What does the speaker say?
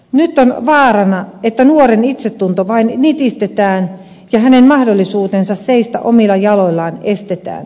nyt on vaarana että nuoren itsetunto vain nitistetään ja hänen mahdollisuutensa seistä omilla jaloillaan estetään